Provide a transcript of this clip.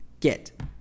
get